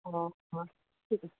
অঁ অঁ ঠিক আছে